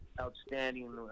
outstanding